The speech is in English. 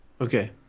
Okay